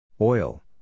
Oil